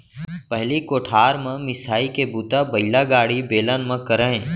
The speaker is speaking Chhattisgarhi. पहिली कोठार म मिंसाई के बूता बइलागाड़ी, बेलन म करयँ